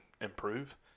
improve